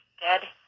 Dead